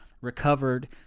recovered